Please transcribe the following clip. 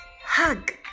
hug